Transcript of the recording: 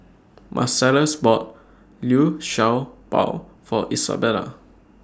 Marcellus bought Liu Sha Bao For Isabela